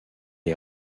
est